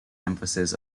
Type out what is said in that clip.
emphasis